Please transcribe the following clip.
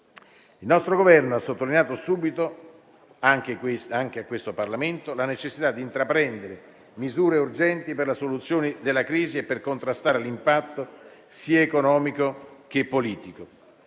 Il nostro Governo ha sottolineato subito, anche a questo Parlamento, la necessità di intraprendere misure urgenti per la soluzione della crisi e per contrastare l'impatto sia economico che politico.